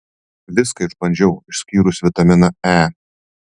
viską išbandžiau išskyrus vitaminą e